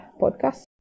podcast